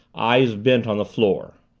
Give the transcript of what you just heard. eyes bent on the floor.